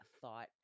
thought